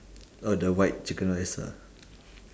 oh the white chicken rice ah